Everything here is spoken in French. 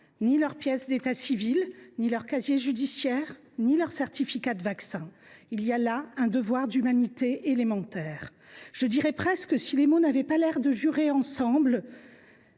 ni leurs pièces d’état civil, ni leur casier judiciaire, ni leur certificat de vaccins. « Il y a là un devoir d’humanité élémentaire, je dirais presque, si les mots n’avaient pas l’air de jurer ensemble,